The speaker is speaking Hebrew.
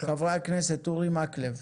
חברי הכנסת, אורי מקלב.